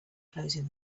closing